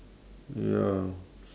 ya